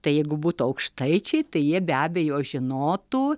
tai jeigu būtų aukštaičiai tai jie be abejo žinotų